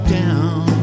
down